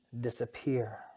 disappear